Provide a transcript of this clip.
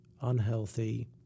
unhealthy